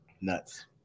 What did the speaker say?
Nuts